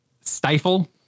stifle